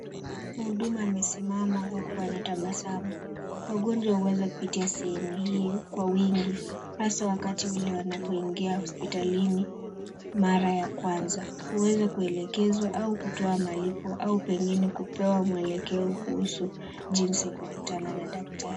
Mhudumu amesimama huku anatabasamu. Wagonjwa waweza kupitia sehemu hii kwa wingi haswa wakati ile wanapoingia hospitalini mara ya kwanza. Huweza kuelekezwa au kutoa malipo au pengine kupewa mwelekeo kuhusu jinsi ya kukutana na daktari.